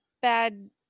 bad